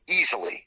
easily